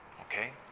Okay